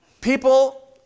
People